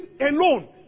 alone